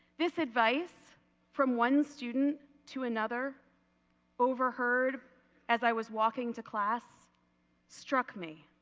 this advice from one student to another overheard as i was walking to class struck me.